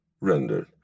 rendered